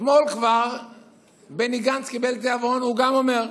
אתמול כבר בני גנץ קיבל תיאבון, גם הוא אומר.